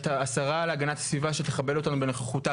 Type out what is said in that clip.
השרה להגנת הסביבה שתכבד אותנו בנוכחותה,